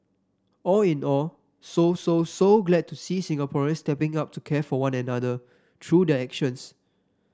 all in all so so so glad to see Singaporeans stepping up to care for one another through their actions